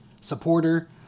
supporter